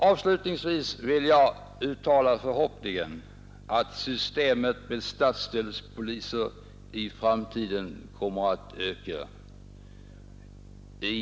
Avslutningsvis vill jag uttala förhoppningen att systemet med stadsdelspoliser i framtiden kommer att tillämpas i större utsträckning.